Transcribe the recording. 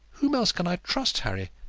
whom else can i trust, harry?